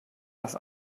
das